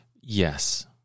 Yes